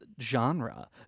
genre